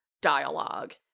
dialogue